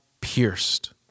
pierced